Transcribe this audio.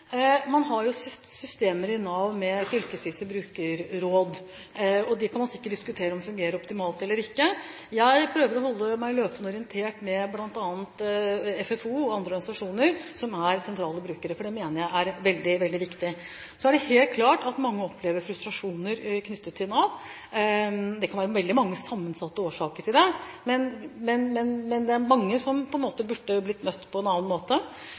med fylkesvise brukerråd, og man kan sikkert diskutere om de fungerer optimalt eller ikke. Jeg prøver å holde meg løpende orientert, bl.a. med FFO og andre organisasjoner, som er sentrale brukere, for det mener jeg er veldig viktig. Så er det helt klart at mange opplever frustrasjoner knyttet til Nav. Det kan være veldig mange og sammensatte årsaker til det, men det er mange som burde bli møtt på en annen måte.